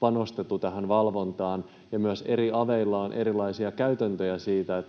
panostettu valvontaan — ja myös eri aveilla on erilaisia käytäntöjä,